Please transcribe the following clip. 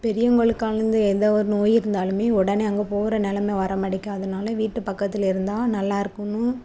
பெரியவங்களுக்கானது எந்த ஒரு நோய் இருந்தாலுமே உடனே அங்கே போகிற நிலைம வர மாட்டேக்கி அதனால வீட்டு பக்கத்தில் இருந்தால் நல்லாயிருக்குன்னும்